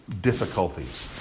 difficulties